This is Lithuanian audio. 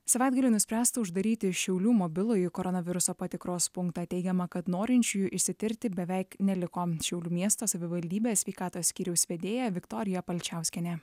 savaitgalį nuspręsta uždaryti šiaulių mobilųjį koronaviruso patikros punktą teigiama kad norinčiųjų išsitirti beveik neliko šiaulių miesto savivaldybės sveikatos skyriaus vedėja viktorija palčiauskienė